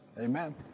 Amen